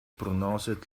pronounced